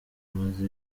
maze